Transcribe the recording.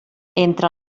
entre